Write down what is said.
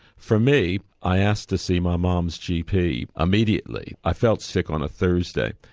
for me i asked to see my mum's gp immediately, i felt sick on a thursday,